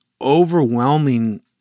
overwhelming